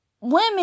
Women